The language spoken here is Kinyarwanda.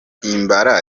himbara